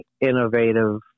innovative